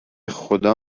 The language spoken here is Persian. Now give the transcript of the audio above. خدا